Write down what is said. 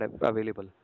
available